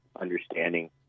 understanding